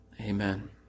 Amen